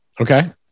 Okay